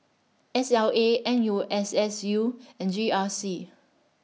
S L A N U S S U and G R C